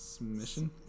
Mission